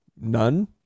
None